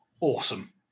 awesome